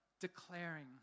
declaring